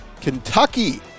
Kentucky